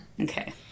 Okay